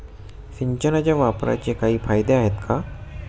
सिंचनाच्या वापराचे काही फायदे आहेत का?